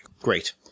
Great